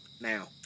Now